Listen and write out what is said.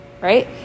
right